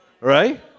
right